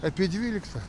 apie dvyliktą